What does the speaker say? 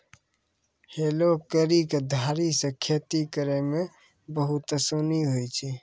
हलो केरो धारी सें खेती करै म बहुते आसानी होय छै?